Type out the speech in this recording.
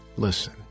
listen